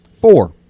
Four